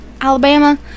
Alabama